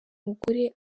mugore